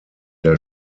der